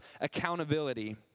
accountability